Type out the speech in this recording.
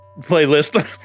playlist